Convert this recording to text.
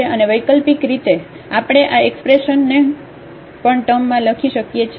અને વૈકલ્પિક રીતે આપણે આ એક્સપ્રેશનને પણ ટર્મમાં લખી શકીએ છીએ